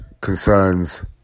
concerns